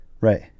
Right